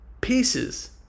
pieces